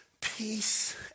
peace